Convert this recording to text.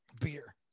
beer